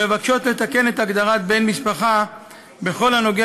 מבקשות לתקן את הגדרת בן-משפחה בכל הנוגע